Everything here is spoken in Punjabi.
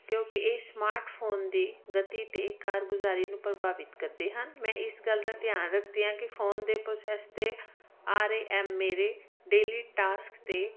ਕਿਉਂਕਿ ਇਹ ਸਮਾਰਟਫੋਨ ਦੀ ਗਤੀ ਅਤੇ ਕਾਰਗੁਜ਼ਾਰੀ ਨੂੰ ਪ੍ਰਭਾਵਿਤ ਕਰਦੇ ਹਨ ਮੈਂ ਇਸ ਗੱਲ ਦਾ ਧਿਆਨ ਰੱਖਦੀ ਹਾਂ ਕਿ ਫੋਨ ਦੇ ਪ੍ਰੋਸੈਸ ਅਤੇ ਆਰ ਏ ਐਮ ਮੇਰੇ ਡੇਲੀ ਟਾਸਕ ਅਤੇ